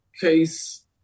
case